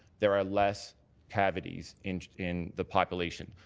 there are less cavities in in the population.